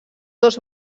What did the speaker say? dos